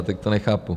Tak to nechápu.